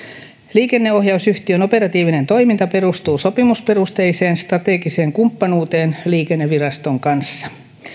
liikenneohjausyhtiön operatiivinen toiminta perustuu sopimusperusteiseen strategiseen kumppanuuteen liikenneviraston kanssa